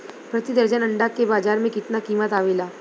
प्रति दर्जन अंडा के बाजार मे कितना कीमत आवेला?